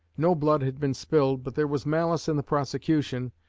no blood had been spilled, but there was malice in the prosecution,